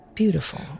beautiful